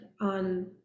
on